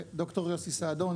ד"ר יוסי סעדון,